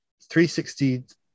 360